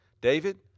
David